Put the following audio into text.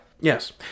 yes